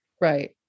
right